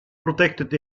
protected